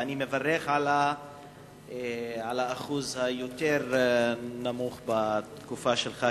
ואני מברך על האחוז היותר נמוך בתקופה שלך,